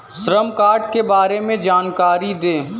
श्रम कार्ड के बारे में जानकारी दें?